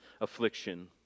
affliction